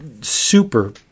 super